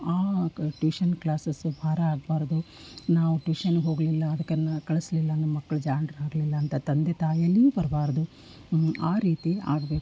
ಆ tuition classes ಭಾರ ಆಗಬಾರ್ದು ನಾವು ಟ್ಯೂಷನ್ನಿಗೆ ಹೋಗಲಿಲ್ಲ ಅದಕ್ಕೆಲ್ಲ ಕಳಿಸ್ಲಿಲ್ಲ ನಮ್ಮ ಮಕ್ಳು ಜಾಣರಾಗ್ಲಿಲ್ಲ ಅಂತ ತಂದೆ ತಾಯಲ್ಲಿಯೂ ಬರಬಾರ್ದು ಆ ರೀತಿ ಆಗಬೇಕು